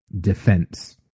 defense